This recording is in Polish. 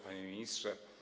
Panie Ministrze!